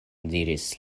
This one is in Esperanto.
diris